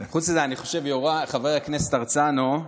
חוץ מזה, חבר הכנסת הרצנו,